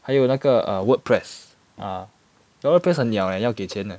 还有那个 err WordPress ah but WordPress 很鸟 eh 要给钱 eh